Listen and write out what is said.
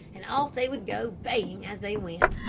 and off they would go baying as they went.